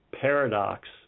paradox